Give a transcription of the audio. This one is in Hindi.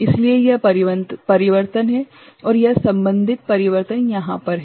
इसलिए यह परिवर्तन है और यह संबन्धित परिवर्तन यहाँ पर है